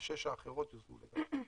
ה-6 האחרות יוסבו לגז.